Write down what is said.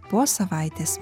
po savaitės